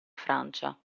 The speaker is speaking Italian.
francia